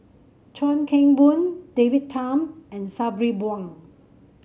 Chuan Keng Boon David Tham and Sabri Buang